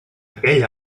aquell